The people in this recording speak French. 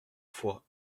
fois